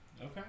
Okay